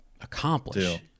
accomplish